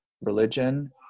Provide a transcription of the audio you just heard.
religion